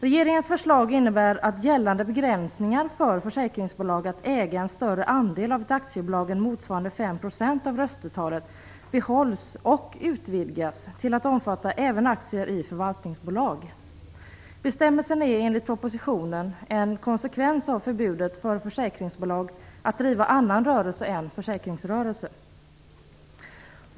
Regeringens förslag innebär att gällande begränsningar för försäkringsbolagen att äga en större del av ett aktiebolag än motsvarande 5 % av röstetalet behålls och utvidgas till att omfatta även aktier i förvaltningsbolag. Bestämmelsen är enligt propositionen en konsekvens av förbudet för försäkringsbolag att bedriva annan rörelse än försäkringsrörelse.